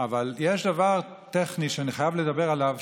אבל יש דבר טכני שאני חייב לדבר עליו,